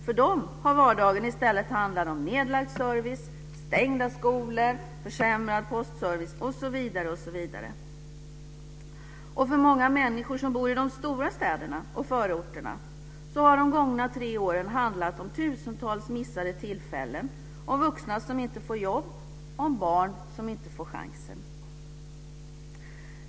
För dem har vardagen i stället handlat om nedlagd service, stängda skolor, försämrad postservice, osv. Och för många människor som bor i de stora städerna och förorterna har de gångna tre åren handlat om tusentals missade tillfällen, om vuxna som inte får jobb och om barn som inte får chansen.